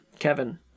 kevin